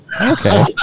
okay